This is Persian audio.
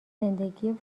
زندگی